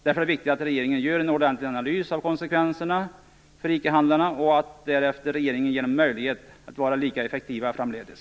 Därför är det viktigt att regeringen gör en ordentlig analys av konsekvenserna för ICA handlarna och att regeringen därefter ger dem möjlighet att vara lika effektiva framledes.